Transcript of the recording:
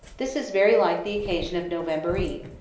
this is very like the occasion of november eve,